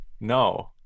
No